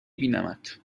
بینمت